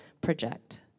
project